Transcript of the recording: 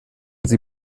sie